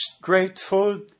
grateful